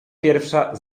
pierwsza